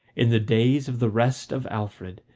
in the days of the rest of alfred,